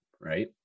right